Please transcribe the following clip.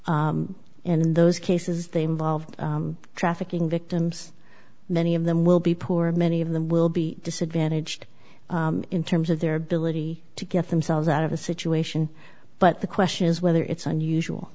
case in those cases they involve trafficking victims many of them will be poor and many of them will be disadvantaged in terms of their ability to get themselves out of a situation but the question is whether it's unusual